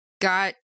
got